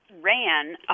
ran